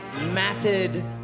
matted